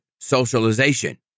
socialization